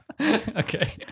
Okay